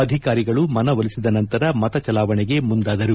ಆಧಿಕಾರಿಗಳು ಮನವೊಲಿಸಿದ ನಂತರ ಮತದಾನ ಚಲಾವಣೆಗೆ ಮುಂದಾದರು